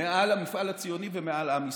מעל המפעל הציוני ומעל עם ישראל.